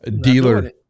Dealer